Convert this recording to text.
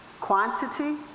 Quantity